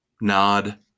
nod